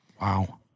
Wow